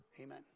Amen